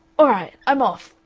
all right! i'm off.